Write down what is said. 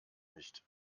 nicht